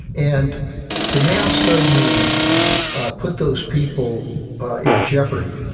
and to now suddenly put those people in jeopardy,